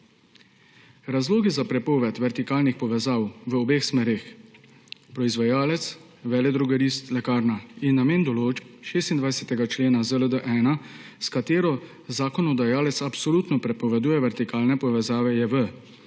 Razlogi za prepoved vertikalnih povezav v obeh smereh proizvajalec−veledrogerist−lekarnar je namen določb 26. člena ZLD-1, s katero zakonodajalec absolutno prepoveduje vertikalne povezave, JV,